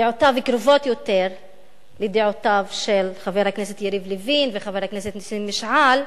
דעותיו קרובות יותר לחבר הכנסת יריב לוין וחבר הכנסת נסים משעל,